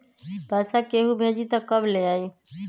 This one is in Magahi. पैसा केहु भेजी त कब ले आई?